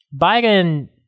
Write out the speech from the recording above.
Biden